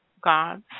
gods